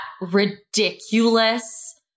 ridiculous